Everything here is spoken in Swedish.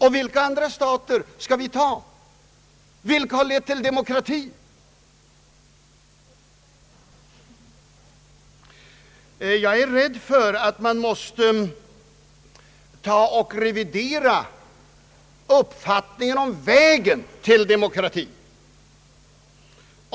Och vilka andra stater har på det sättet fått demokrati? Jag är rädd för att man måste revidera uppfattningen om vägen till demokrati.